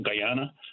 Guyana